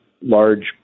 large